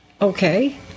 okay